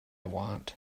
want